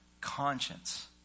conscience